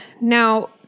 Now